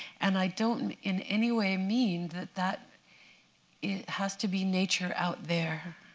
and i don't in any way mean that that has to be nature out there.